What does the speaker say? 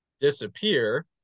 disappear